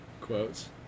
quotes